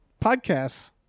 podcasts